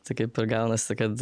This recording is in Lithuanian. tai kaip ir gaunasi kad